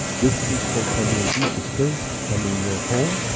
this principle can be in deep space, can be in your home.